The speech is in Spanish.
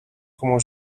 como